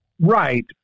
Right